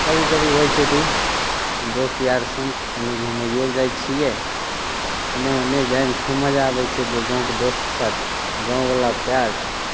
कभी कभी होइ छै तऽ दोस्त यारके सङ्ग कनि घुमैयौ लए जाइ छियै एन्नऽ ओन्नऽ जायमे खूब मजा आबै छै तऽ गाँवके दोस्तके साथ गाँववला प्यार